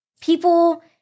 people